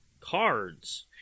Cards